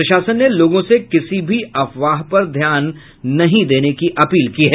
प्रशासन ने लोगों से किसी भी अफवाह पर ध्यान नहीं देने की अपील की है